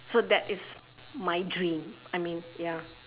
so that is my dream I mean ya